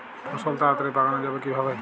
ফসল তাড়াতাড়ি পাকানো যাবে কিভাবে?